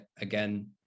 again